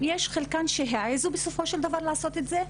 חלקן של נשים שיעזו בסופו של דבר לעשות את זה.